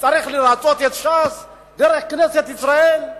צריך לרצות את ש"ס דרך כנסת ישראל?